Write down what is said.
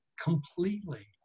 completely